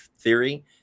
theory